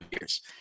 years